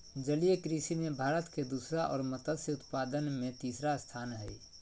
जलीय कृषि में भारत के दूसरा और मत्स्य उत्पादन में तीसरा स्थान हइ